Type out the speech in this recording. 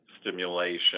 stimulation